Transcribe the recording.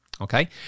okay